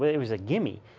but it was a gimme.